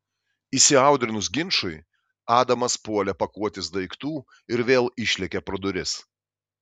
įsiaudrinus ginčui adamas puolė pakuotis daiktų ir vėl išlėkė pro duris